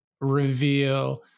reveal